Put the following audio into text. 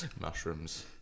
mushrooms